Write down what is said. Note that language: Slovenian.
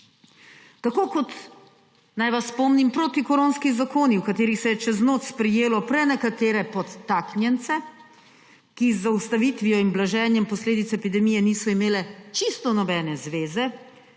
Tako kot, naj vas spomnim, protikoronski zakoni, v katerih se je čez noč sprejelo prenekatere podtaknjence, ki z ustavitvijo in blaženjem posledic epidemije niso imeli čisto nobene zveze,